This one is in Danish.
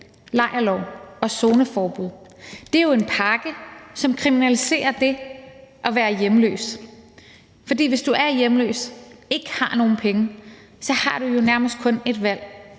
lejrloven og zoneforbuddet er en pakke, som kriminaliserer det at være hjemløs. For hvis du er hjemløs og ikke har nogen penge, har du jo nærmest kun ét valg,